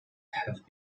have